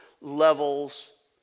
levels